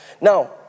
Now